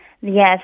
Yes